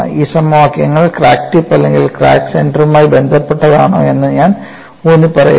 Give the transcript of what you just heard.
ഈ സമവാക്യങ്ങൾ crack tip അല്ലെങ്കിൽ ക്രാക്ക് സെന്ററുമായി ബന്ധപ്പെട്ടതാണോ എന്ന് ഞാൻ ഊന്നി പറയുന്നു